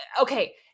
okay